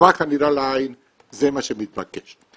בטווח הנראה לעין זה מה שמתבקש.